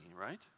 right